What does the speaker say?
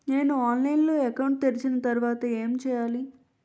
నేను ఆన్లైన్ లో అకౌంట్ తెరిచిన తర్వాత ఏం చేయాలి?